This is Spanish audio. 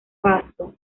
faso